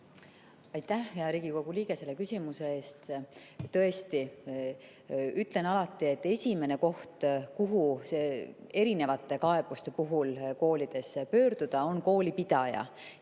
Aitäh, hea Riigikogu liige, selle küsimuse eest! Tõesti, ütlen alati, et esimene koht, kuhu erinevate kaebuste puhul koolides pöörduda, on koolipidaja.